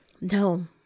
No